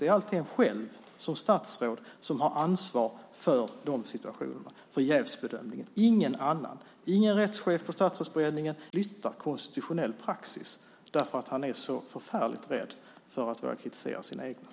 Det är alltid man själv som statsråd som har ansvar för jävsbedömningen i de situationerna. Det är ingen annan som har det ansvaret, ingen rättschef på Statsrådsberedning och ingen jurist i övrigt. Det är alltid man själv som ska göra den bedömningen. Min direkta fråga till Per Bill i det här skedet är: Är han inte orolig för hur han nu flyttar konstitutionell praxis därför att han är så förfärligt rädd för att kritisera sina egna?